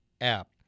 app